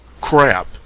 crap